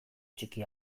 txiki